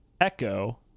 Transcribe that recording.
echo